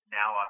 now